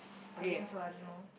I think so I don't know